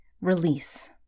release